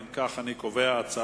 אם כך, אני קובע שההצעה